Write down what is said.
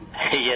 Yes